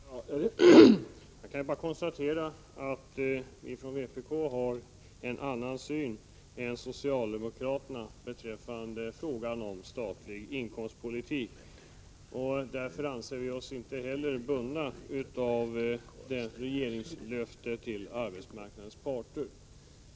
Herr talman! Jag kan bara konstatera att vi ifrån vpk har en annan syn än socialdemokraterna beträffande en statlig inkomstpolitik. Därför anser vi oss inte heller bundna av regeringslöftet till arbetsmarknadens parter.